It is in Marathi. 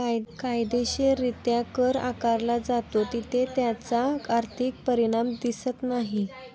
कायदेशीररित्या कर आकारला जातो तिथे त्याचा आर्थिक परिणाम दिसत नाही